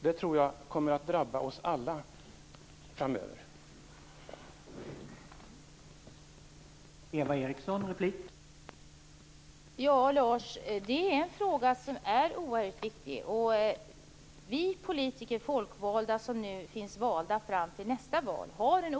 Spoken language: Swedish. Detta tror jag kommer att drabba oss alla framöver.